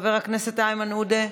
חבר הכנסת איימן עודה,